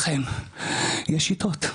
לכן, יש שיטות,